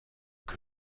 que